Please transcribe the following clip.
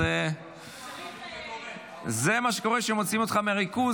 אז זה מה שקורה כשמוציאים אותך מהריכוז,